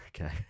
Okay